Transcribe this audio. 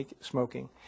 smoking